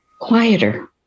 quieter